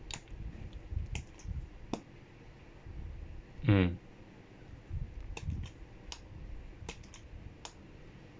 mm